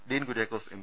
Dean Kuriakose M